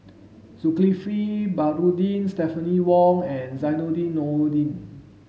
Zulkifli Baharudin Stephanie Wong and Zainudin Nordin